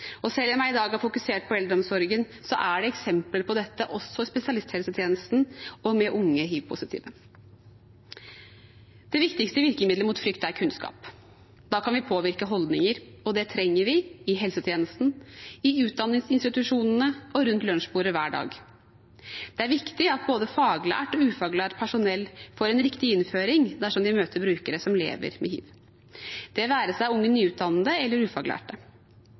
Selv om jeg i dag har fokusert på eldreomsorgen, er det eksempler på dette også i spesialisthelsetjenesten og med unge hivpositive. Det viktigste virkemiddelet mot frykt er kunnskap. Da kan vi påvirke holdninger, og det trenger vi i helsetjenesten, i utdanningsinstitusjonene og rundt lunsjbordet hver dag. Det er viktig at både faglært og ufaglært personell får en riktig innføring dersom de møter brukere som lever med hiv, det være seg unge nyutdannede eller ufaglærte.